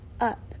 up